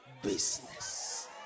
business